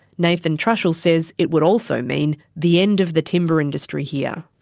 nathan trushell says it would also mean the end of the timber industry here.